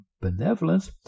benevolence